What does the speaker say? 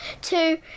Two